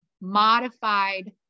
Modified